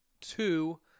two